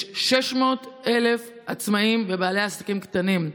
יש 600,000 עצמאים ובעלי עסקים קטנים,